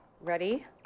Ready